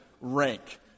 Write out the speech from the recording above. rank